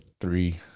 three